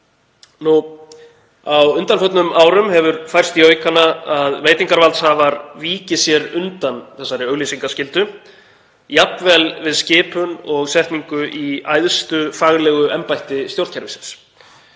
Á undanförnum árum hefur færst í aukana að veitingarvaldshafar víki sér undan auglýsingaskyldunni, jafnvel við skipun og setningu í æðstu faglegu embætti stjórnkerfisins.